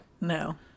No